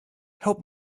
help